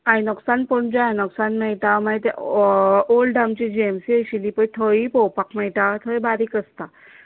आयनॉक्सान पणजे आसनॉक्सान मेळटा मागीर ते ऑल्ड आमची जि एम सी आशिल्ली पळय थंयी पळोवपाक मेळटा थंय बारीक आसता